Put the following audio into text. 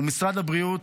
ומשרד הבריאות,